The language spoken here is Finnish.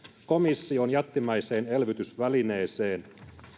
komission jättimäiseen elvytysvälineeseen